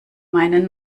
meinen